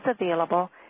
available